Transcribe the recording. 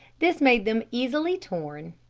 this made them easily torn,